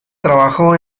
trabajó